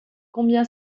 combien